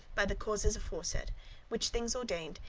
by the causes aforesaid which things ordained,